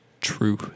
True